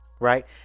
Right